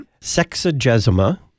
Sexagesima